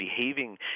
behaving